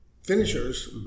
finishers